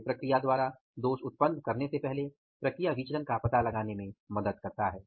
ये प्रक्रिया द्वारा दोष उत्पन्न करने से पहले प्रक्रिया विचलन का पता लगाने में मदद करता है